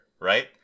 right